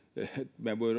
me